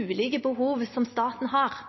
ulike behov som staten har.